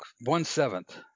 one-seventh